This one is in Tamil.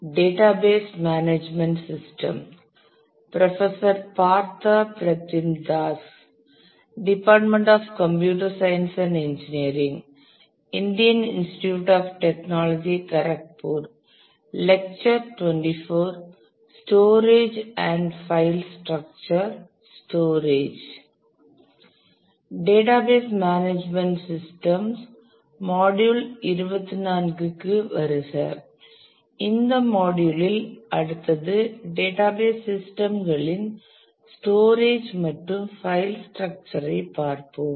டேட்டாபேஸ் மேனேஜ்மென்ட் சிஸ்டம் மாடியுல் 24க்கு வருக இந்த மாடியுலில் அடுத்தது டேட்டாபேஸ் சிஸ்டம்களின் ஸ்டோரேஜ் மற்றும் பைல் ஸ்ட்ரக்சர் ஐ பார்ப்போம்